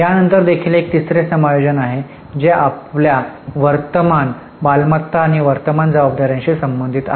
यानंतर देखील एक तिसरे समायोजन आहे जे आपल्या वर्तमान मालमत्ता आणि वर्तमान जबाबदार्यांशी संबंधित आहे